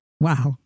Wow